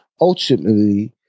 ultimately